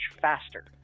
faster